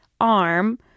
arm